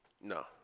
No